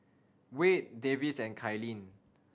Wayde Davis and Kylene